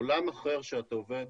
זה עולם אחר שאתה עובד